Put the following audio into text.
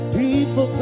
people